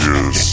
Yes